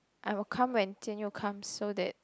I will come when Jian-You comes so that